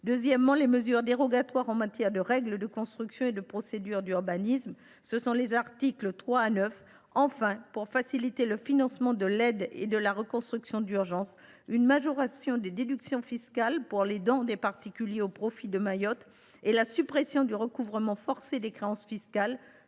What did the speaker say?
3 à 9, les mesures dérogatoires en matière de règles de construction et de procédures d’urbanisme ; troisièmement, aux articles 16 et 17 visant à faciliter le financement de l’aide et de la reconstruction d’urgence, la majoration des déductions fiscales pour les dons des particuliers au profit de Mayotte, ainsi que la suspension du recouvrement forcé des créances fiscales.